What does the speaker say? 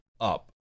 up